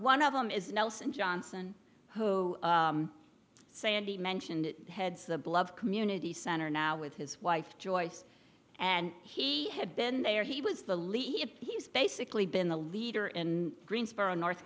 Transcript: one of them is nelson johnson who sandy mentioned heads the blood community center now with his wife joyce and he had been there he was the leader he's basically been the leader in greensboro north